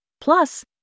Plus